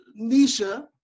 Nisha